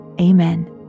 amen